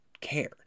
care